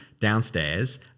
downstairs